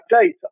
data